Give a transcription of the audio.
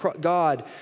God